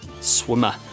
swimmer